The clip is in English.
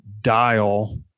dial